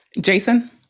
Jason